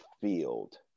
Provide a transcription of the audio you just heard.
field